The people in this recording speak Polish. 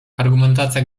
argumentacja